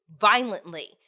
violently